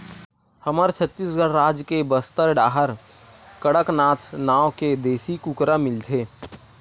हमर छत्तीसगढ़ राज के बस्तर डाहर कड़कनाथ नाँव के देसी कुकरा मिलथे